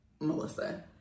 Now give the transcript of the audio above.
Melissa